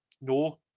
No